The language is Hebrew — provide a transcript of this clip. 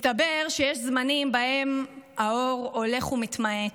מסתבר שיש זמנים שבהם האור הולך ומתמעט,